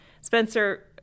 Spencer